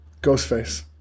Ghostface